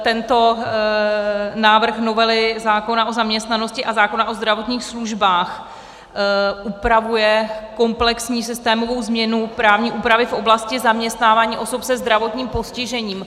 Tento návrh novely zákona o zaměstnanosti a zákona o zdravotních službách upravuje komplexní systémovou změnu právní úpravy v oblasti zaměstnávání osob se zdravotním postižením.